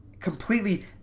Completely